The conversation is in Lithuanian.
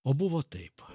o buvo taip